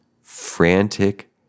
frantic